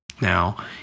Now